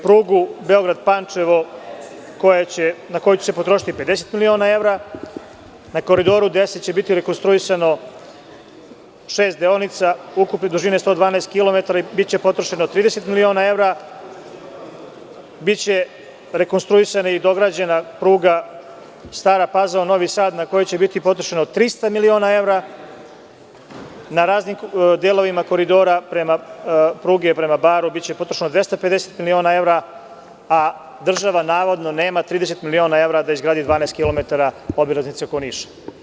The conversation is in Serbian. Pruga Beograd-Pančevo na koju će se potrošiti 50 miliona evra, na Koridoru 10 će biti rekonstruisano šest deonica ukupne dužine 112 kilometra i biće potrošeno 30.000.000 evra, biće rekonstruisana i dograđena pruga Stara Pazova-Novi Sad, a na koju će biti potrošeno 300.000.000 evra, na raznim delovima Koridora pruge prema Baru biće potrošeno 250.000.000 evra, a država navodno nema 30.000.000 evra da izgradi 12 kilometara obilaznice oko Niša.